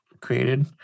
created